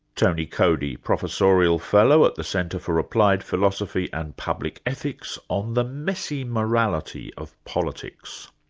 tony coady, professorial fellow at the centre for applied philosophy and public ethics on the messy morality of politics.